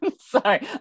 Sorry